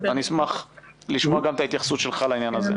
אני אשמח לשמוע גם את ההתייחסות שלך לעניין הזה.